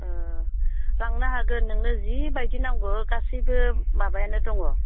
ओह लांनो हागोन नोंनो जिबायदि नांगौ गासिबो माबायानो दङ